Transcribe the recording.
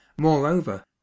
moreover